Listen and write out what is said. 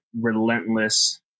relentless